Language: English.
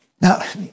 Now